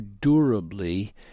durably